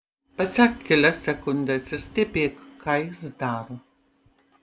pasek kelias sekundes ir stebėk ką jis daro